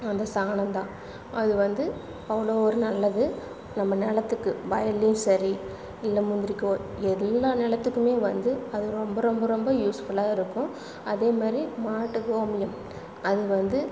அந்த சாணம் தான் அது வந்து அவ்வளோ ஒரு நல்லது நம்ம நிலத்துக்கு வயல்லையும் சரி இல்லை முந்திரிக்கோ எல்லா நிலத்துக்குமே வந்து அது ரொம்ப ரொம்ப ரொம்ப யூஸ்ஃபுல்லாக இருக்கும் அதேமாதிரி மாட்டு கோமியம் அது வந்து